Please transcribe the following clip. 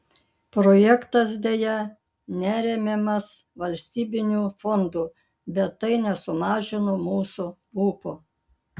projektas deja neremiamas valstybinių fondų bet tai nesumažino mūsų ūpo